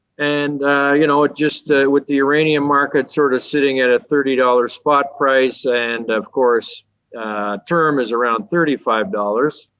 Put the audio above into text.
and you know, ah just ah with the uranium market sort of sitting at a thirty dollars spot price and of course term is around thirty five dollars,